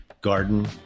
Garden